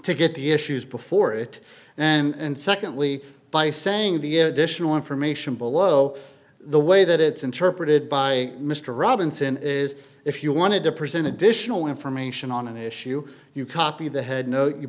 to get the issues before it and secondly by saying the additional information below the way that it's interpreted by mr robinson is if you wanted to present additional information on an issue you copy the headnote you